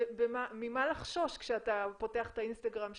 ממה לחשוש כשאתה פותח את האינסטגרם שלך,